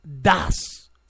Das